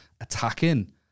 attacking